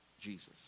Jesus